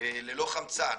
ללא חמצן